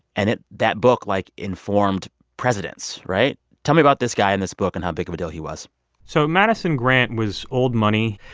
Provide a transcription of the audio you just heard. and that book, like, informed presidents, right? tell me about this guy and this book and how big of a deal he was so madison grant was old money.